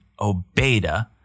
Obeda